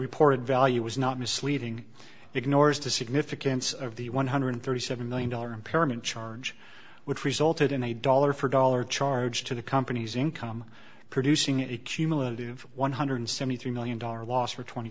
reported value was not misleading ignores the significance of the one hundred thirty seven million dollar impairment charge which resulted in a dollar for dollar charge to the company's income producing a cumulative one hundred seventy three million dollar loss or twenty